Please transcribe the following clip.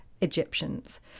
Egyptians